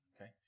Okay